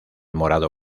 morado